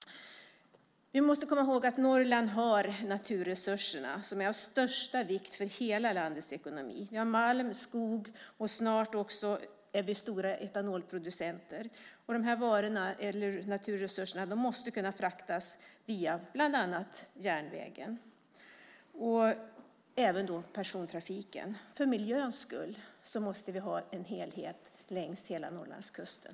Vi måste komma ihåg att Norrland har naturresurserna som är av största vikt för hela landets ekonomi. Vi har malm, skog och är snart också stora etanolproducenter. De här naturresurserna måste kunna fraktas via bland annat järnvägen. Det gäller även persontrafiken. För miljöns skull måste vi ha en helhetslösning längs hela Norrlandskusten.